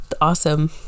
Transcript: awesome